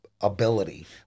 ability